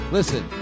Listen